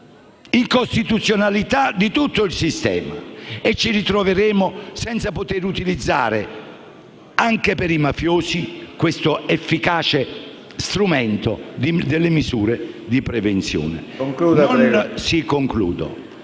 l'incostituzionalità di tutto il sistema e ci ritroveremo a non poter utilizzare neanche per i mafiosi l'efficace strumento delle misure di prevenzione. Ho detto che